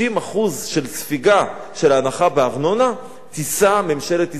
מהספיגה של ההנחה בארנונה תישא ממשלת ישראל,